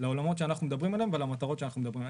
לעולמות שאנחנו מדברים עליהם ולמטרות שאנחנו מדברים עליהן.